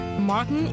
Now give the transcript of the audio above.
Martin